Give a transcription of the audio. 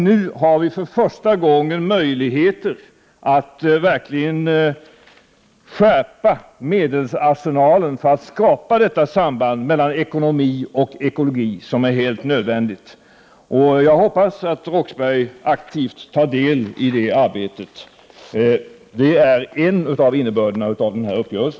Nu har vi för första gången möjligheter att verkligen skärpa medelsarsenalen för att skapa detta samband mellan ekonomi och ekologi som är helt nödvändigt. Jag hoppas att Claes Roxbergh aktivt tar del i det arbetet. Det är en av innebörderna av denna uppgörelse.